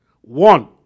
One